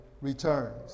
returns